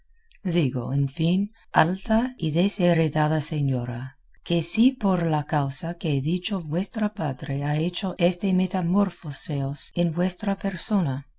digo en fin alta y desheredada señora que si por la causa que he dicho vuestro padre ha hecho este metamorfóseos en vuestra persona